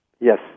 Yes